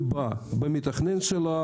יש בעיות שקשורות לתכנון,